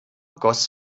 goss